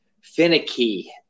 finicky